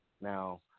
Now